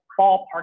ballpark